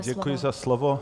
Děkuji za slovo.